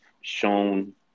shown